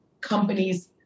companies